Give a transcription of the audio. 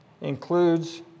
includes